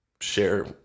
share